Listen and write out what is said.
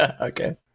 Okay